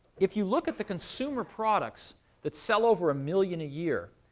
if you look at the consumer products that sell over a million a year,